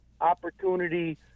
opportunity